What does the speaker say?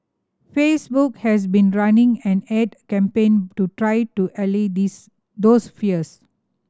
Facebook has been running an ad campaign to try to allay these those fears